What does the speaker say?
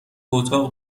اتاق